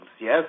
Yes